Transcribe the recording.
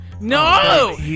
No